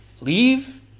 leave